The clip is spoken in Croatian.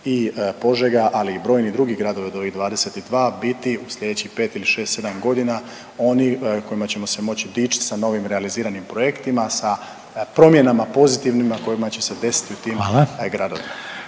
i Požega, ali i brojni drugi gradovi od ovih 22 biti u sljedećih pet ili šest, sedam godina oni kojima ćemo se moći dičiti sa novim realiziranim projektima, sa promjenama pozitivnima koje će se desiti u tim gradovima.